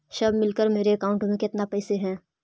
सब मिलकर मेरे अकाउंट में केतना पैसा है?